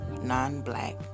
non-black